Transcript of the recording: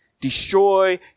destroy